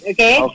Okay